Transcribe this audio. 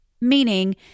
Meaning